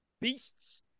beasts